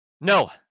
No